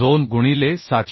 2 गुणिले 751